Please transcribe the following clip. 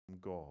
God